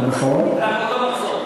נכון, אנחנו מאותו מחזור.